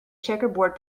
checkerboard